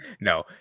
No